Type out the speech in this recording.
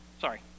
sorry